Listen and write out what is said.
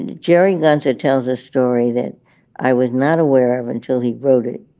and jerry gunta tells a story that i was not aware of until he wrote it